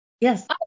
Yes